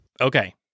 Okay